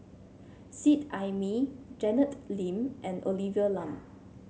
Seet Ai Mee Janet Lim and Olivia Lum